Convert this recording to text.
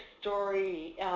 story